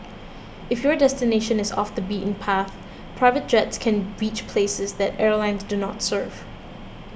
if your destination is off the beaten path private jets can reach places that airlines do not serve